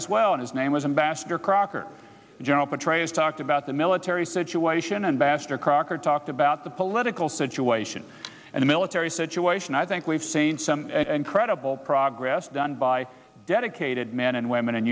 as well and his name was ambassador crocker and general petraeus talked about the military situation and baster crocker talked about the political situation and the military situation i think we've seen some incredible progress done by dedicated men and women in